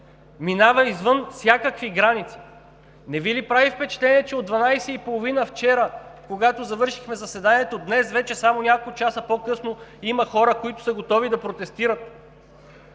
минава извън всякакви граници. Не Ви ли прави впечатление, че от 00,30 от вчера, когато завършихме заседанието, днес вече само няколко часа по късно, има хора, които са готови да протестират?